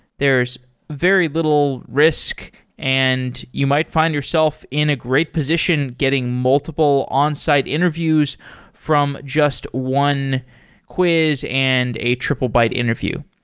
there's very little risk and you might find yourself in a great position getting multiple onsite interviews from just one quiz and a triplebyte interview.